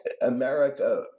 America